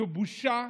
זו בושה